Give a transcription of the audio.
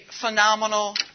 phenomenal